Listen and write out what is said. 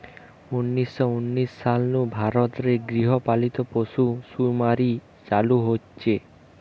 উনিশ শ উনিশ সাল নু ভারত রে গৃহ পালিত পশুসুমারি চালু হইচে